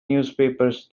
newspapers